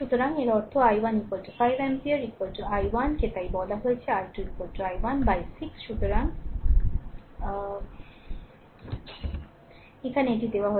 সুতরাং এর অর্থ i1 5 অ্যাম্পিয়ার i1 কে তাই বলা হয়েছে i2 i1 6 সুতরাং এখানে এটি দেওয়া হয়েছে